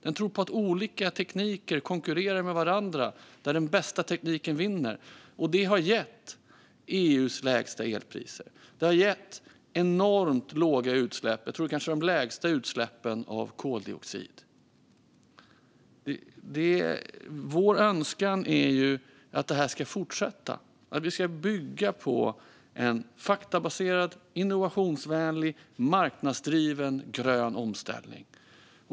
Den tror på att olika tekniker konkurrerar med varandra och att den bästa tekniken vinner. Det har gett EU:s lägsta elpriser. Det har också gett enormt låga utsläpp av koldioxid, kanske de lägsta. Vår önskan är att det här ska fortsätta och att vi ska bygga på en faktabaserad, innovationsvänlig och marknadsdriven grön omställning.